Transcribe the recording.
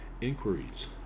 inquiries